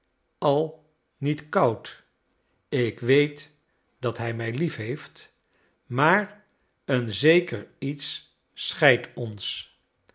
al niet koud ik weet dat hij mij liefheeft maar een zeker iets scheidt ons